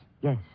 Yes